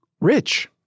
Rich